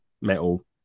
metal